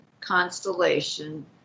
constellation